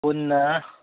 ꯄꯨꯟꯅ